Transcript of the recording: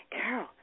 Carol